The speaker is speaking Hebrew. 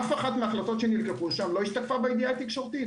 אף אחת מההחלטות שנלקחו לא השתתפה בידיעה התקשורתית.